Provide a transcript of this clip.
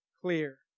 clear